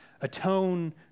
atone